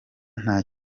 nta